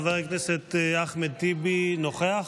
חבר הכנסת אחמד טיבי נוכח?